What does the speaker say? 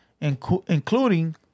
including